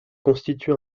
constitue